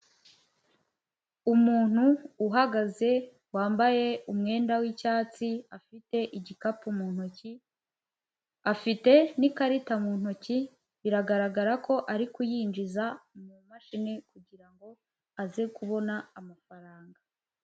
Umuntu uhagaze wambaye umwenda w'icyatsi afite igikapu mu ntoki, afite n'ikarita mu ntoki biragaragara ko ari kuyinjiza mu mashini kugirango aze kubona amafaranga.